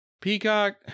Peacock